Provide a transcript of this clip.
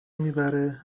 میبره